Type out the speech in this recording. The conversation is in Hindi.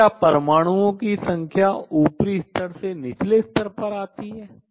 तो क्या परमाणुओं की संख्या ऊपरी स्तर से निचले स्तर पर आती है